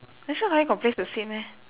national library got place to sit meh